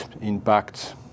impact